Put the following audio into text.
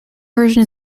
version